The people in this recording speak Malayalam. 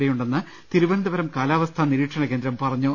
ഇടയുണ്ടെന്ന് തിരുവനന്തപുരം കാലാവസ്ഥാ നിരീക്ഷണകേന്ദ്രം അറിയിച്ചു